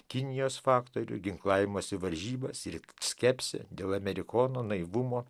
kinijos faktorių ginklavimosi varžybas ir skepsį dėl amerikono naivumo